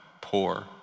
Poor